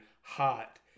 hot